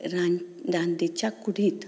रां रांदीच्या कुडींत